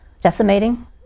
decimating